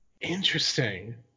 Interesting